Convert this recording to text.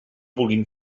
vulguin